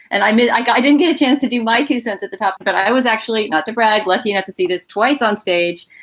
and i mean, i got i didn't get a chance to do my two cents at the top, but i was actually not to brag. lucky enough to see this twice onstage,